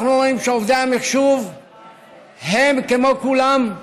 אנחנו רואים שעובדי המחשוב הם כמו כולם,